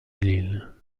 l’île